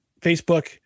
Facebook